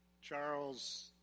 Charles